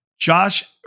Josh